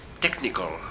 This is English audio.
technical